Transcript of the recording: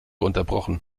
unterbrochen